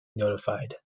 notified